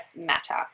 matter